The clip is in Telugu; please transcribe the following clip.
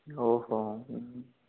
ఓహో